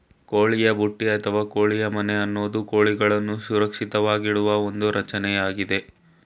ಕೋಳಿಯ ಬುಟ್ಟಿ ಅಥವಾ ಕೋಳಿ ಮನೆ ಅನ್ನೋದು ಕೋಳಿಗಳನ್ನು ಸುರಕ್ಷಿತವಾಗಿಡುವ ಒಂದು ರಚನೆಯಾಗಿದೆ